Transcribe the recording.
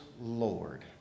Lord